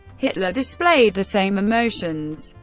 hitler displayed the same emotions.